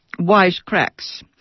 wisecracks